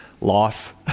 life